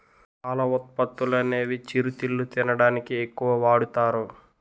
పాల ఉత్పత్తులనేవి చిరుతిళ్లు తినడానికి ఎక్కువ వాడుతారు